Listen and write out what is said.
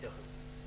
תודה.